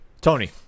Tony